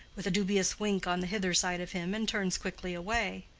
with a dubious wink on the hither side of him, and turns quickly away.